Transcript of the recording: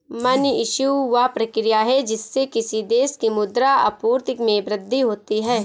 money issue, वह प्रक्रिया है जिससे किसी देश की मुद्रा आपूर्ति में वृद्धि होती है